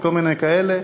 וכל מיני דברים כאלה,